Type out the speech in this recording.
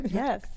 yes